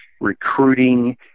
recruiting